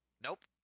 Nope